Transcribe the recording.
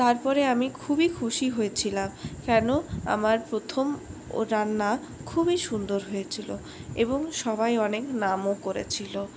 তারপরে আমি খুবই খুশি হয়েছিলাম কেন আমার প্রথম রান্না খুবই সুন্দর হয়েছিল এবং সবাই অনেক নামও করেছিল